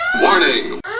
WARNING